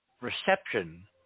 reception